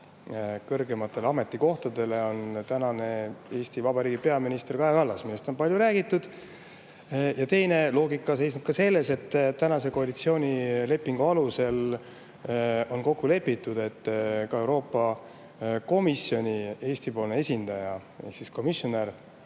kõrgemale ametikohale on tänane Eesti Vabariigi peaminister Kaja Kallas. Sellest on palju räägitud. Teine loogika seisneb selles, et tänase koalitsioonilepingu alusel on kokku lepitud, et ka Euroopa Komisjoni Eesti-poolne esindaja ehkcommissioneron